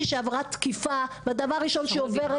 שעברה תקיפה ודבר ראשון שהיא עוברת,